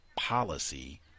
policy